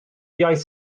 iaith